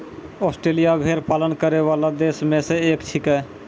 Australia भेड़ पालन करै वाला देश म सें एक छिकै